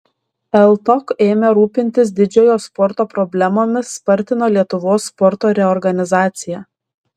ltok ėmė rūpintis didžiojo sporto problemomis spartino lietuvos sporto reorganizaciją